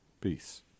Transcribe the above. Peace